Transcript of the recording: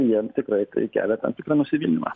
jiem tikrai tai kelia tam tikrą nusivylimą